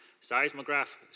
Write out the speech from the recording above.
Seismograph